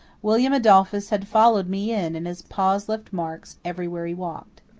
william adolphus had followed me in and his paws left marks everywhere he walked.